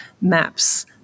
maps